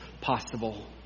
possible